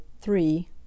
three